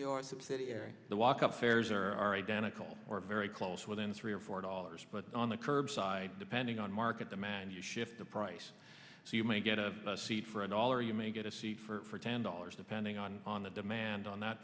your subsidiary the walk up stairs are identical or very close within three or four dollars but on the curbside depending on market demand you shift the price so you may get a seat for a dollar you may get a seat for ten dollars depending on on the demand on that